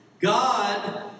God